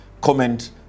comment